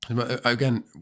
Again